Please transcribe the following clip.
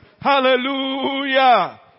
Hallelujah